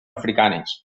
africanes